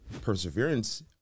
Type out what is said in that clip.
Perseverance